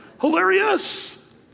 Hilarious